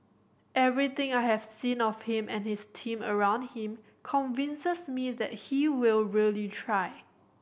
everything I have seen of him and his team around him convinces me that he will really try